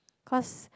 cause